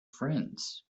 friends